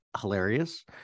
hilarious